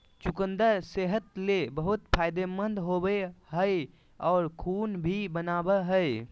चुकंदर सेहत ले बहुत फायदेमंद होवो हय आर खून भी बनावय हय